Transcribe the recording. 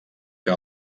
que